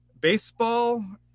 Baseball